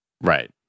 Right